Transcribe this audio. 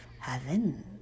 heaven